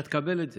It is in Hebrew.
אתה תקבל את זה.